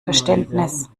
verständnis